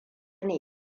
ne